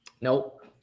Nope